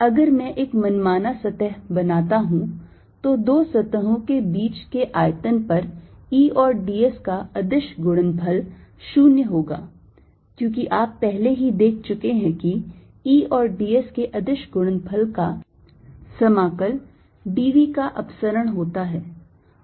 अगर मैं एक मनमाना सतह बनाता हूं तो दो सतहों के बीच के आयतन पर E और d s का अदिश गुणनफल 0 होगा क्योंकि आप पहले ही देख चुके हैं कि E और d s के अदिश गुणनफल का समाकल d v का अपसरण होता है